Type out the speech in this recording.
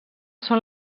són